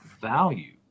value